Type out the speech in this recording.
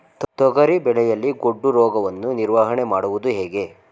ತೊಗರಿ ಬೆಳೆಯಲ್ಲಿ ಗೊಡ್ಡು ರೋಗವನ್ನು ನಿವಾರಣೆ ಮಾಡುವುದು ಹೇಗೆ?